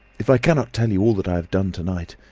if i cannot tell you all that i have done to-night.